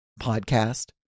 podcast